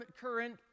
current